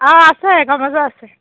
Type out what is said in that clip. অঁ আছে গামোচা আছে